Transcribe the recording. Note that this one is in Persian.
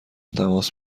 تماس